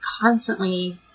constantly